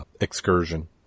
excursion